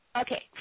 okay